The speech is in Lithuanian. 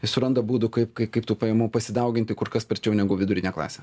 suranda būdų kaip kaip tų pajamų pasidauginti kur kas sparčiau negu vidurinė klasė